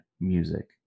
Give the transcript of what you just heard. music